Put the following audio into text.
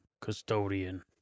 Custodian